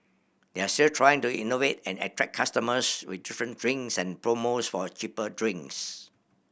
they're still trying to innovate and attract customers with different drinks and promos for cheaper drinks